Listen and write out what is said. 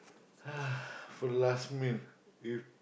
for last meal if